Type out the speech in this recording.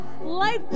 life